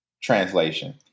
translation